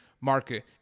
market